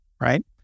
right